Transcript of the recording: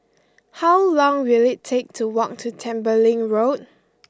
how long will it take to walk to Tembeling Road